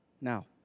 Now